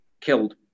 killed